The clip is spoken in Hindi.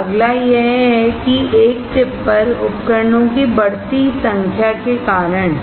अगला यह है कि एक चिप पर उपकरणों की बढ़ती संख्या के कारण